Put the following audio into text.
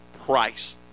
price